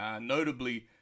notably